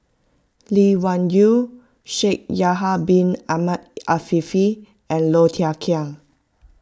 Lee Wung Yew Shaikh Yahya Bin Ahmed Afifi and Low Thia Khiang